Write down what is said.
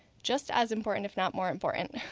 just as important if not more important